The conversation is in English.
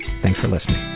thanks for listening.